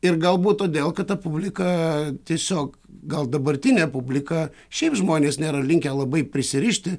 ir galbūt todėl kad ta publika tiesiog gal dabartinė publika šiaip žmonės nėra linkę labai prisirišti